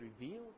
revealed